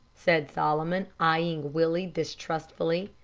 said solomon, eyeing willie distrustfully.